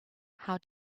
how